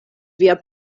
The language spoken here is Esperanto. via